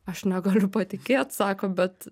aš negaliu patikėt sako bet